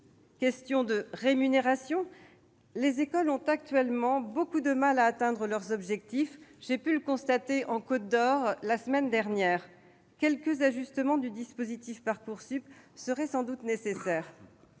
ou de rémunération ? Les écoles ont actuellement beaucoup de mal à atteindre leurs objectifs, comme j'ai pu le constater en Côte-d'Or la semaine dernière. Quelques ajustements du dispositif Parcoursup seraient sans doute nécessaires.